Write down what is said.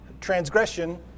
transgression